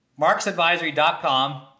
MarksAdvisory.com